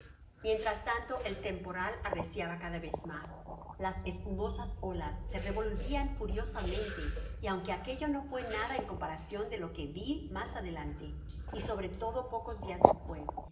mientras tanto el temporal arreciaba cada vez mas las espumosas olas se revolvían furiosamente y aunque aquello no fué nada en comparacion de lo que vi mas adelante y sobre todo pocos dias despues era